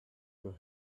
for